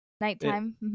nighttime